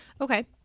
Okay